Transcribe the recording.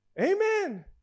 Amen